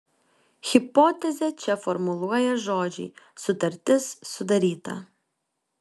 hipotezę čia formuluoja žodžiai sutartis sudaryta